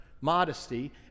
modesty